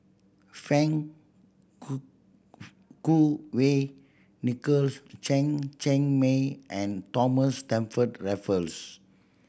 Fang Kuo Wei Nicholas Chen Cheng Mei and Thomas Stamford Raffles